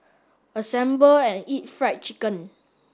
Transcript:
assemble and eat Fried Chicken